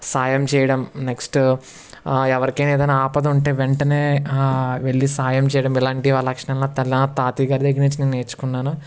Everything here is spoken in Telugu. సాయం చేయడం నెక్స్ట్ ఎవరికైనా ఏదైనా ఆపద ఉంటే వెంటనే వెళ్ళి సాయం చేయడం ఇలాంటి ఆ లక్షణాలు మా తల తాతయ్య దగ్గర నుంచి నేను నేర్చుకున్నాను